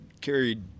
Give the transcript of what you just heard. carried